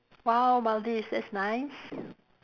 !wow! Maldives that's nice